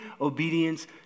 obedience